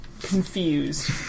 confused